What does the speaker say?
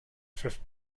fifth